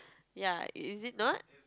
ya is is it not